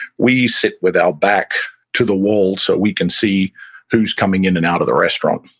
we sit with our back to the wall so we can see who's coming in and out of the restaurant,